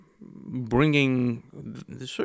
bringing –